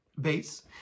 Base